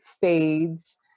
fades